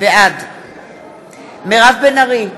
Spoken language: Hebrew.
בעד מירב בן ארי,